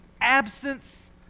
absence